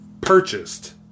purchased